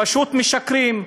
פשוט משקרים.